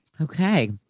Okay